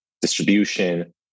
distribution